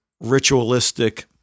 ritualistic